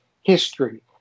history